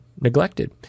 neglected